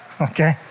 okay